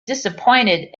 disappointed